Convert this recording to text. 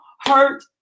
hurt